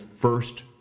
First